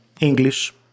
English